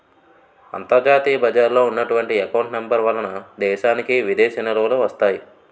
అంతర్జాతీయ బజారులో ఉన్నటువంటి ఎకౌంట్ నెంబర్ వలన దేశానికి విదేశీ నిలువలు వస్తాయి